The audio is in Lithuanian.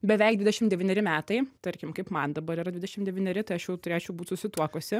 beveik dvidešimt devyneri metai tarkim kaip man dabar yra dvidešim devyneri tai aš jau turėčiau būt susituokusi